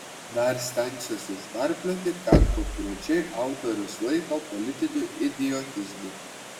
dar stengsiuosi išnarplioti ką konkrečiai autorius laiko politiniu idiotizmu